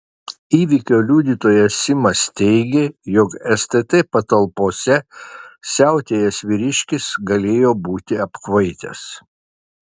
įvykio liudytojas simas teigė jog stt patalpose siautėjęs vyriškis galėjo būti apkvaitęs